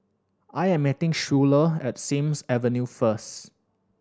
I'm meeting Schuyler at Sims Avenue first